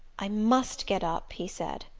i must get up, he said,